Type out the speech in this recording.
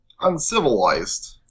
uncivilized